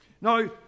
Now